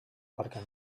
parke